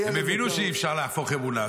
הם הבינו שאי-אפשר להפוך אמונה,